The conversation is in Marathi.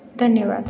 धन्यवाद